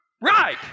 Right